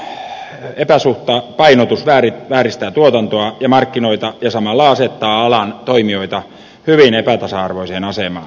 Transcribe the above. tukien epäsuhtainen painotus vääristää tuotantoa ja markkinoita ja samalla asettaa alan toimijoita hyvin epätasa arvoiseen asemaan